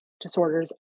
disorders